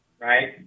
Right